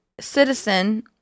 citizen